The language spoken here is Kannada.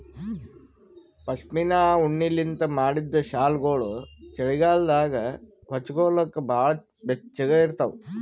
ಪಶ್ಮಿನಾ ಉಣ್ಣಿಲಿಂತ್ ಮಾಡಿದ್ದ್ ಶಾಲ್ಗೊಳು ಚಳಿಗಾಲದಾಗ ಹೊಚ್ಗೋಲಕ್ ಭಾಳ್ ಬೆಚ್ಚಗ ಇರ್ತಾವ